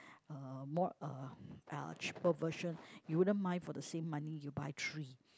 uh more uh cheaper version you wouldn't mind for the same money you buy three